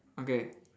okay